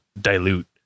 dilute